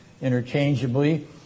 interchangeably